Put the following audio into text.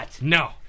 No